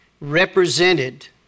represented